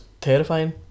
terrifying